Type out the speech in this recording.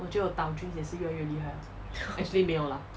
我觉得我倒 drinks 也是又来有厉害 liao actually 没有 lah